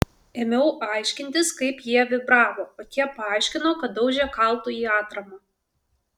ėmiau aiškintis kaip jie vibravo o tie paaiškino kad daužė kaltu į atramą